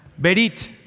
Berit